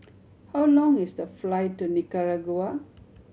how long is the flight to Nicaragua